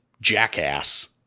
jackass